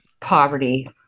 poverty